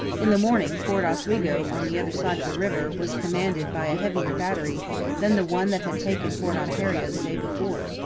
in the morning fort oswego on the other side of the river was commanded by a heavier battery than the one that had taken fort ontario the day before.